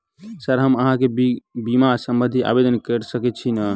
Sir हम अहाँ केँ बीमा संबधी आवेदन कैर सकै छी नै?